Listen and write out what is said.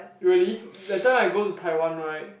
really that time I go to Taiwan right